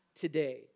today